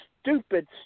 stupid